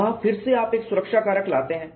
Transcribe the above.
वहां फिर से आप एक सुरक्षा कारक लाते हैं